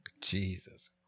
Jesus